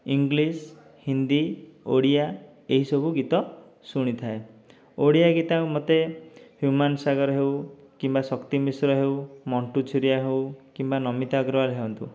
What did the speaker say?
English Hindi Odia ଏହି ସବୁ ଗୀତ ଶୁଣି ଥାଏ ଓଡ଼ିଆ ଗୀତ ମୋତେ ହ୍ୟୁମାନ ସାଗର ହେଉ କିମ୍ବା ଶକ୍ତି ମିଶ୍ର ହେଉ ମଣ୍ଟୁ ଛୁରିଆ ହେଉ କିମ୍ବା ନମିତା ଅଗ୍ରଵାଲ ହୁଅନ୍ତୁ